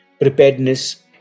preparedness